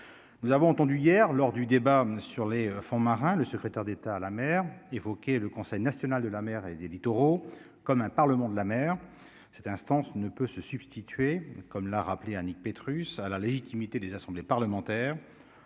nous avons entendu hier lors du débat sur les fonds marins, le secrétaire d'État à la mer, évoqué le Conseil national de la mer et des littoraux comme un parlement de la mer, cette instance ne peut se substituer, comme l'a rappelé Annick Petrus ça la légitimité des assemblées parlementaires,